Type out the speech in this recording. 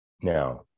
Now